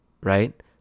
right